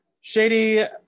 shady